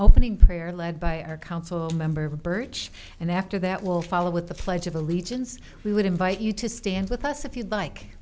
opening prayer led by our council member birch and after that will follow with the pledge of allegiance we would invite you to stand with us if you'd like